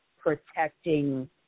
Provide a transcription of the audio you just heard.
protecting